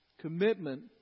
Commitment